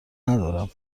ندارم